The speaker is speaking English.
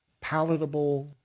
palatable